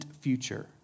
future